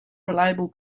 reliable